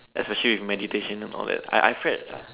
as achieve with meditation and all that I I've actually read